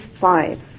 five